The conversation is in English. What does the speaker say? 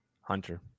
Hunter